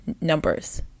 numbers